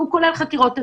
שכולל חקירות אנושיות,